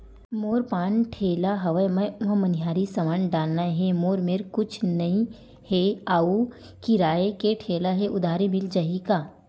मोर पान ठेला हवय मैं ओमा मनिहारी समान डालना हे मोर मेर कुछ नई हे आऊ किराए के ठेला हे उधारी मिल जहीं का?